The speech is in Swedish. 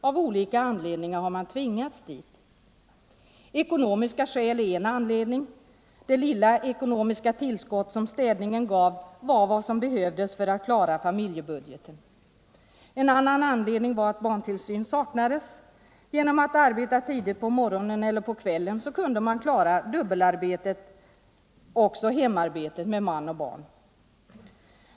Av olika anledningar har man tvingats dit. Ekonomiska skäl är en anledning. Det lilla ekonomiska tillskott som städningen gav var vad som behövdes för att klara familjebudgeten. En annan anledning var att barntillsyn saknades. Genom att arbeta tidigt på morgonen eller på kvällen kunde man klara det dubbelarbete som det innebär att också sköta hemarbetet med man och barn.